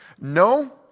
no